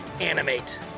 animate